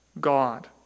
God